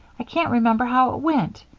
i can't remember how it went.